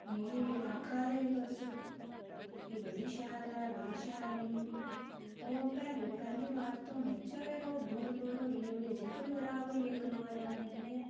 मिगी आखा दे तुस कि बड़ी शैल ऐ बड़ी शैल निकलनी अवा पैह्ली पैह्ली बार धोने चा गै ओह् बोर बोर होई गे ओह्दी जिप्प बी खराब होई इक दो बारी लाने कन्नै गै